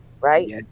right